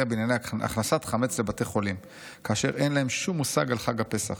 בענייני הכנסת חמץ בתי חולים כאשר אין להם שום מושג על חג הפסח.